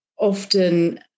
often